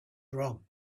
wrong